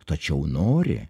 tačiau nori